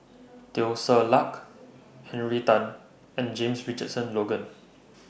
Teo Ser Luck Henry Tan and James Richardson Logan